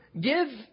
give